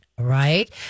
right